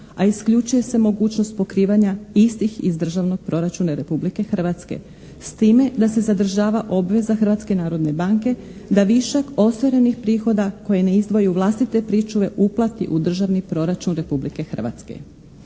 a isključuje se mogućnost pokrivanja istih iz državnog proračuna Republike Hrvatske. S time da se zadržava obveza Hrvatske narodne banke da višak ostvarenih prihoda koje ne izdvoji u vlastite pričuve uplati u državni proračun Republike Hrvatske.